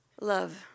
love